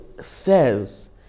says